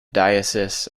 diocese